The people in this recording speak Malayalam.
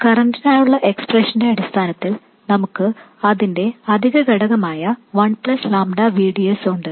കറന്റിനായുള്ള എക്സ്പ്രഷന്റെ അടിസ്ഥാനത്തിൽ നമുക്ക് അതിന്റെ അധിക ഘടകമായ one plus lambda V D S ഉണ്ട്